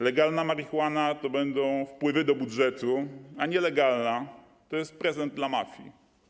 Legalna marihuana to będą wpływy do budżetu, a nielegalna to jest prezent dla mafii.